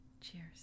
cheers